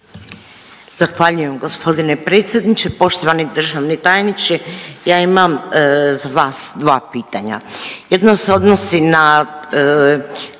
Zahvaljujem gospodine predsjedniče. Poštovani državni tajniče, ja imam za vas 2 pitanja. Jedno se odnosi na